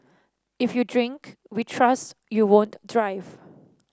if you drink we trust you won't drive